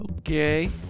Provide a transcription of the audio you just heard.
Okay